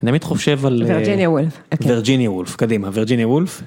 אני תמיד חושב על וירג'יניה וולף, קדימה, וירג'יניה וולף.